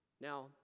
Now